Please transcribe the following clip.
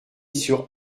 sur